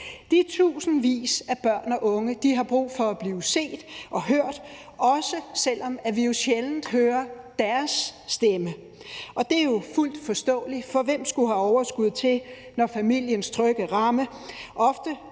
De tusindvis af børn og unge har brug for at blive set og hørt, også selv om vi jo sjældent hører deres stemme. Og det er jo fuldt forståeligt, for hvem skulle have overskud til det, når familiens trygge ramme